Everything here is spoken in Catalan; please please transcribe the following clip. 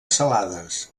salades